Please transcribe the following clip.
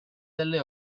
delle